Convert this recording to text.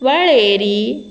वळेरी